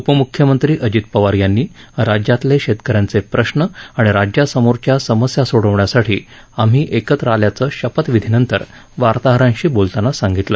उपम्ख्यमंत्री अजित पवार यांनी राज्यातले शेतकऱ्यांचे प्रश्न आणि राज्यासमोरच्या समस्या सोडवण्यासाठी आम्ही एकत्र आल्याचं शपथविधीनंतर वार्ताहरांशी बोलताना सांगितलं